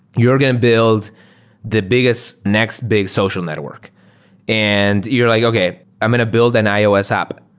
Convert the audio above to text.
you're going to build the biggest next big social network and you're like, okay, i'm going to build an ios app.